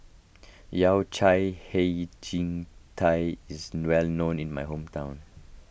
Yao Cai Hei Ji Tang is well known in my hometown